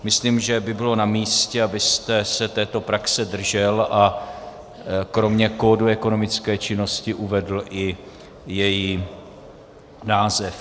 Myslím, že by bylo namístě, abyste se této praxe držel a kromě kódu ekonomické činnosti uvedl i její název.